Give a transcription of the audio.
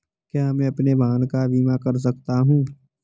क्या मैं अपने वाहन का बीमा कर सकता हूँ?